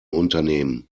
unternehmen